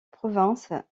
province